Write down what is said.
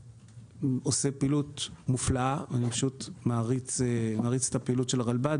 שעושה פעילות מופלאה אני מעריץ את הפעילות של הרלב"ד